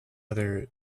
other